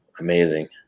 amazing